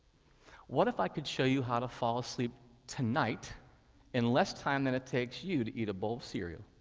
what if i could show you how to fall asleep tonight in less time than it takes you to eat a bowl of cereal?